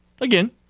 Again